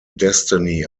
destiny